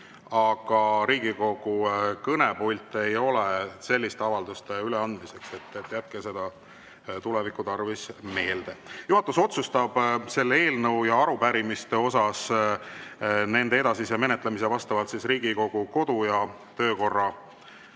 aga Riigikogu kõnepult ei ole selliste avalduste üleandmiseks. Jätke seda tuleviku tarvis meelde. Juhatus otsustab selle eelnõu ja arupärimiste edasise menetlemise vastavalt Riigikogu kodu‑ ja töökorra